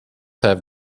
have